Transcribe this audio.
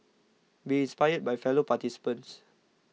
be inspired by fellow participants